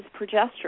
progesterone